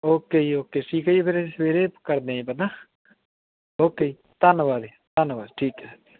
okay ਜੀ okay ਠੀਕ ਹੈ ਜੀ ਫਿਰ ਅਸੀਂ ਸਵੇਰੇ ਕਰਦੇ ਹਾਂ ਜੀ ਪਤਾ ਓਕੇ ਜੀ ਧੰਨਵਾਦ ਧੰਨਵਾਦ ਠੀਕ ਹੈ